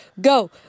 go